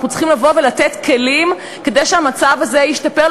אנחנו צריכים לתת כלים כדי שהמצב הזה ישתפר,